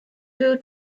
grew